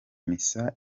misa